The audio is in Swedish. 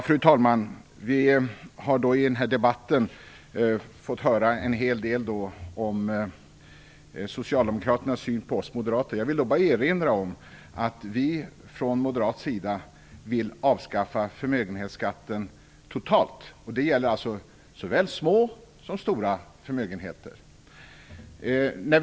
Fru talman! I den här debatten har vi fått höra en hel del om socialdemokraternas syn på oss moderater. Då vill jag bara erinra om att vi moderater vill avskaffa förmögenhetsskatten totalt. Det gäller såväl små som stora förmögenheter.